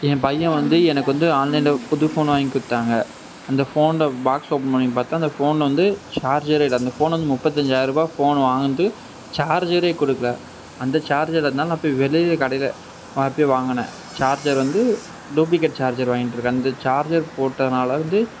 என் பையன் வந்து எனக்கு வந்து ஆன்லைன்ல புது ஃபோன் வாங்கி கொடுத்தாங்க அந்த ஃபோனோட பாக்ஸ் ஓபன் பண்ணி பார்த்தா அந்த ஃபோன் வந்து சார்ஜரே இல்லை அந்த ஃபோன் வந்து முப்பத்தி அஞ்சாயிரூபா ஃபோன் வாங்கினது சார்ஜரே கொடுக்கல அந்த சார்ஜர் அதனால் நான் போய் வெளியில் கடையில் போய் வாங்குனேன் சார்ஜர் வந்து டூப்ளிகேட் சார்ஜர் வாங்கிட்டு வந்து சார்ஜர் போட்டதனால வந்து